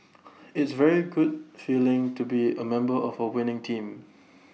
it's very good feeling to be A member of A winning team